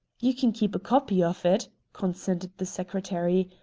you can keep a copy of it, consented the secretary.